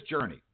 journey